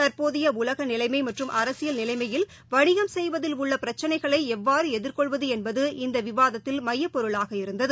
தற்போதையஉலகநிலைமைமற்றும் நிலைமையில் வனிகம் செய்வதில் உள்ளபிரச்சினைகளைஎவ்வாறுஎதிர்கொள்வதுஎன்பது இந்தவிவாதத்தில் மையப்பொருளாக இருந்தது